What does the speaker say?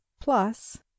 plus